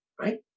right